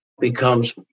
becomes